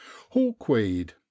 Hawkweed